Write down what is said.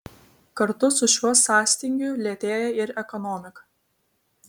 kartu su šiuo sąstingiu lėtėja ir ekonomika